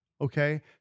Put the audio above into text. Okay